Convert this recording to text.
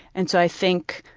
and so i think,